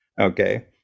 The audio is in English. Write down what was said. Okay